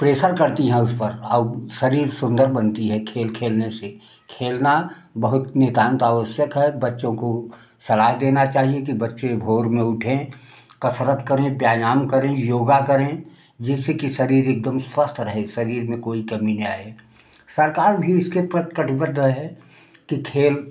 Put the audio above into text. pressure करती हैं उस पर आउ शरीर सुन्दर बनती है खेल खेलने से खेलना बहुत नितान्त आवश्यक है बच्चों को सलाह देना चाहिए कि बच्चे भोर में उठें कसरत करें व्यायाम करें योग करें जिससे कि शरीर एकदम स्वस्थ रहे शरीर में कोई कमी न आए सरकार भी इसके प्रति कटिबद्ध रहे कि खेल